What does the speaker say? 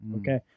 Okay